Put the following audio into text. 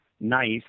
nice